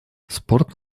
спорт